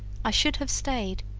i should have stayed,